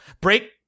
Break